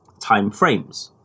timeframes